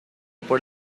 por